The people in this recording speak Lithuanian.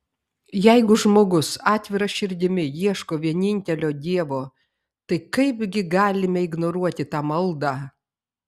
jeigu žmogus atvira širdimi ieško vienintelio dievo tai kaipgi galime ignoruoti tą maldą